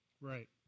Right